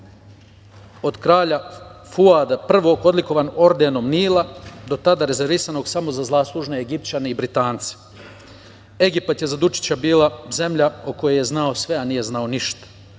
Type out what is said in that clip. od kralja Fuada I odlikovan ordenom Nila, koji je bio rezervisan samo za zaslužne Egipćane i Britance. Egipat je za Dučića bila zemlja o kojoj je znao sve, a nije znao ništa,